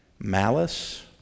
malice